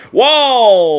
Whoa